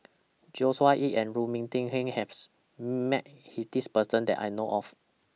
Joshua Ip and Lu Ming Teh Earl has Met He This Person that I know of